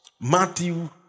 Matthew